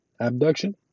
Abduction